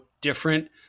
different